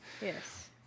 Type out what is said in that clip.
yes